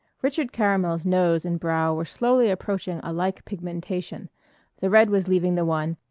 richard caramel's nose and brow were slowly approaching a like pigmentation the red was leaving the one,